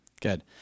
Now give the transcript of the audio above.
Good